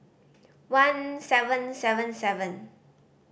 one seven seven seven